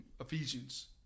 Ephesians